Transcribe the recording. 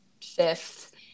fifth